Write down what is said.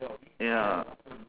ya